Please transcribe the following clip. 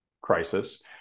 crisis